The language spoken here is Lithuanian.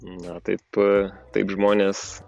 na taip taip žmonės